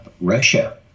Russia